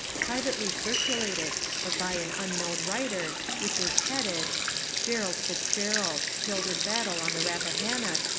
pri vately circulated, but by an unknown writer, which is headed gerald fitzgerald. killed in battle on the rappahannock,